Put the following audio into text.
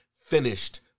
finished